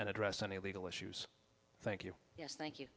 and address any legal issues thank you yes thank you